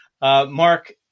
Mark